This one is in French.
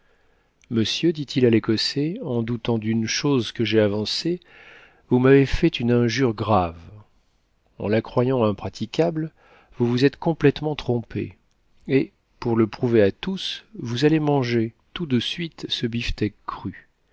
monsieur dit-il à l'écossais en doutant d'une chose que j'ai avancée vous m'avez fait une injure grave en la croyant impraticable vous vous êtes complètement trompé et pour le prouver à tous vous allez manger tout de suite ce beefsteack cru